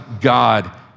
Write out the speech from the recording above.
God